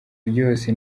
ryose